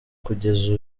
kugeza